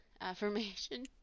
Affirmation